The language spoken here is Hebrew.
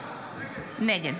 נגד